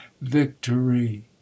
Victory